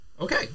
Okay